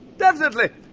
definitely!